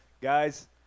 Guys